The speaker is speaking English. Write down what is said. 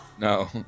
No